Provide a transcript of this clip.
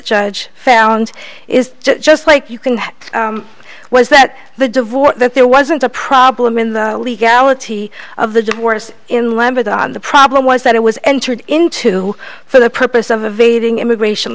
judge found is just like you can was that the divorce that there wasn't a problem in the legality of the divorce in lambert than the problem was that it was entered into for the purpose of of a thing immigration